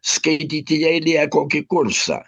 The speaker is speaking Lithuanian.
skaityti jeilyje kokį kursą